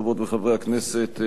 חברות וחברי הכנסת,